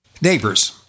Neighbors